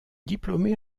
diplômée